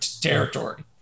territory